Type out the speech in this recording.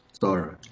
Sorry